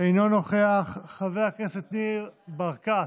אינו נוכח, חבר הכנסת ניר ברקת,